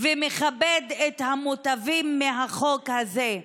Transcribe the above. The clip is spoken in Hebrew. ומכבד את המוטבים מהחוק הזה.